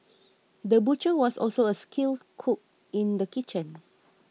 the butcher was also a skilled cook in the kitchen